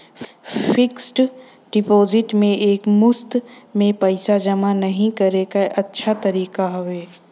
fixed deposit में एक मुश्त में पइसा जमा नाहीं करे क अच्छा तरीका हौ